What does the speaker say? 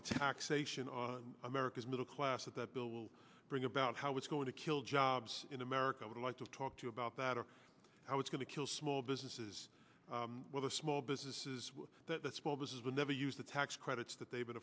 the taxation on america's a class with the bill will bring about how it's going to kill jobs in america i would like to talk to you about that or how it's going to kill small businesses well the small businesses that the small business will never use the tax credits that they've been